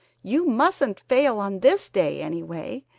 you mustn't fail on this day anyway!